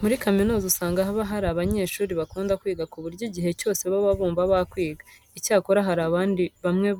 Muri kaminuza usanga haba hari abanyeshuri bakunda kwiga ku buryo igihe cyose baba bumva bakwiga. Icyakora hari abandi bamwe